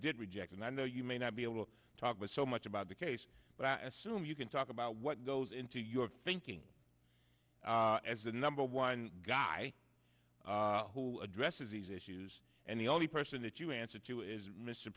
did reject and i know you may not be able to talk with so much about the case but i assume you can talk about what goes into your thinking as the number one guy who addresses these issues and the only person that you answer to is mr